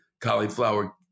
cauliflower